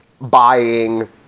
buying